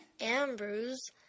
Ambrose